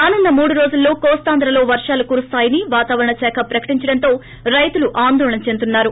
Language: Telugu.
రానున్న మూడు రోజుల్లో కోస్తాంధ్రలో వర్వాలు కురుస్తాయని వాతావరణ శాఖ ప్రకటించడంతో రైతులు ఆందోళన చెందుతున్నారు